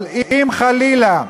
אבל אם חלילה,